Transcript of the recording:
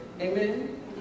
Amen